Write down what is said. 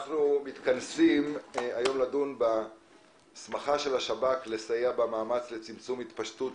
אנחנו מתכנסים היום לדון בהסמכה של השב"כ לסייע במאמץ לצמצום התפשטות